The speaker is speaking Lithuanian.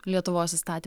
lietuvos įstaty